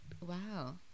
wow